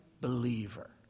believer